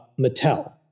Mattel